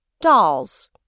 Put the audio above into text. Dolls